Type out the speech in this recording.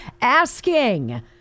asking